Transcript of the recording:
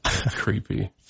creepy